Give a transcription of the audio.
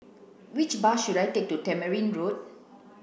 which bus should I take to Tamarind Road